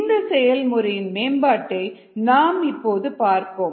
இந்த செயல்முறையின் மேம்பாட்டை நாம் இப்போது பார்ப்போம்